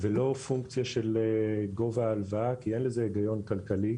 ולא פונקציה של גובה ההלוואה כי אין לזה היגיון כלכלי,